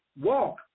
walk